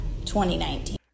2019